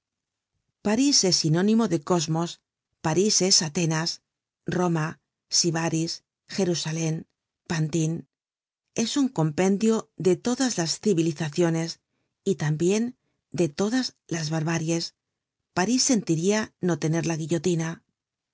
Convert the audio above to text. es sinónimo de cosmos parís es atenas roma sibaris jerusalen pantin es un compendio de todas las civilizaciones y tambien de todas las barbaries parís sentiria no tener la guillotina